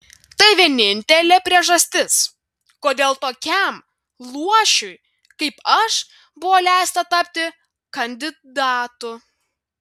tai vienintelė priežastis kodėl tokiam luošiui kaip aš buvo leista tapti kandidatu